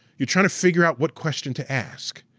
you're trying to figure out what question to ask.